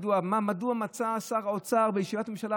מדוע מצא שר האוצר בישיבת ממשלה,